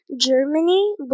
Germany